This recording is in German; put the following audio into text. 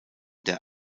der